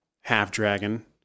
half-dragon